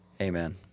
Amen